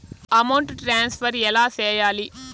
amount transfer ఎలా సేయాలి